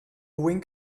wink